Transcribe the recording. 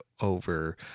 over